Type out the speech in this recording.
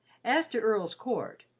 as to earl's court,